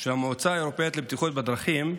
של המועצה האירופית לבטיחות בדרכים,